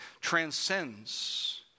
transcends